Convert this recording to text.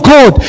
God